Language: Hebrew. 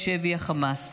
החמאס.